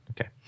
okay